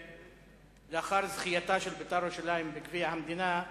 לאחר זכייתה של "בית"ר ירושלים" בגביע המדינה,